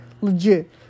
Legit